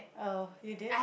oh you did